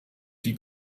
die